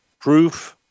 proof